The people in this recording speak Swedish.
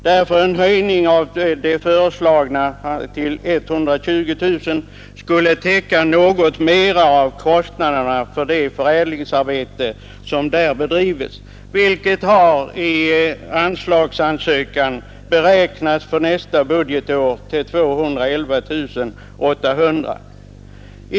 Därför skulle en höjning till 120 000 kronor täcka något mera av kostnaderna för det förädlingsarbete som där bedrivs. Detta har i anslagsansökan för nästa budgetår beräknats till 211 800 kronor.